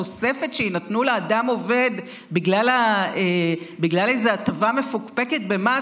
תוספת שייתנו לאדם עובד בגלל איזו הטבה מפוקפקת במס,